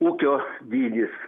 ūkio dydis